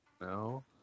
No